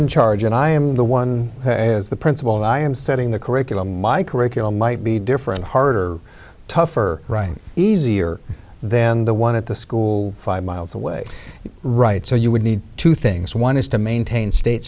in charge and i am the one who is the principal i am setting the curriculum my curriculum might be different harder tougher writing easier then the one at the school five miles away right so you would need two things one is to maintain state